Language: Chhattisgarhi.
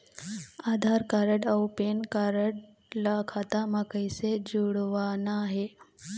आधार कारड अऊ पेन कारड ला खाता म कइसे जोड़वाना हे?